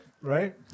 right